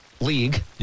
league